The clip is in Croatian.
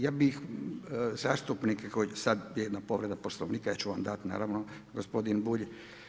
Ja bih zastupnike koji je sad jedna povreda Poslovnika, ja ću vam dati naravno kad gospodin Bulj.